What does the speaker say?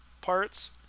parts